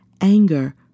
Anger